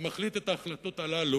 למחליט את ההחלטות האלה,